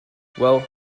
well